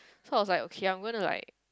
so I was like okay I'm going to like